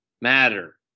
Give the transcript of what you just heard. matter